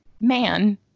man